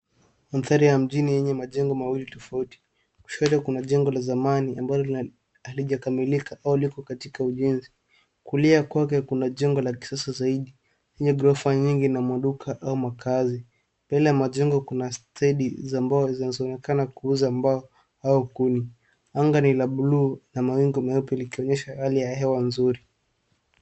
Mandhari ya mjini yenye majengo mawili tofauti. Kushoto kuna jengo la zamani ambalo halijakamilika au liko katika ujenzi. Kulia kwake kuna jengo la kisasa zaidi yenye grorofa nyingi na maduka au makazi. Mbele ya majengo kuna stedi za mbao zinazonekana kuuza mbao au kuni. Anga ni la buluu na mawingu meupe likionyesha hali ya hewa nzuri.